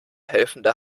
helfende